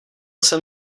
jsem